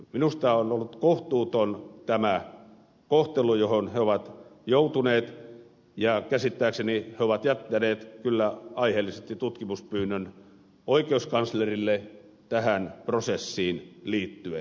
minusta on ollut kohtuuton tämä kohtelu johon he ovat joutuneet ja käsittääkseni he ovat jättäneet kyllä aiheellisesti tutkimuspyynnön oikeuskanslerille tähän prosessiin liittyen